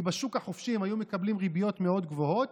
כי בשוק החופשי הם היו מקבלים ריביות מאוד גבוהות,